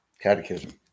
catechism